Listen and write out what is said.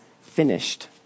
finished